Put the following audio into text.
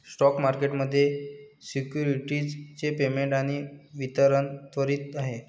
spot market मध्ये securities चे payment आणि वितरण त्वरित आहे